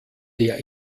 der